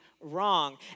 wrong